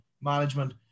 management